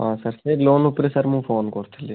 ହଁ ସାର୍ ସେଇ ଲୋନ ଉପରେ ସାର୍ ମୁଁ ଫୋନ୍ କରୁଥିଲି